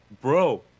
bro